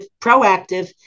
proactive